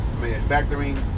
manufacturing